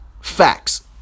Facts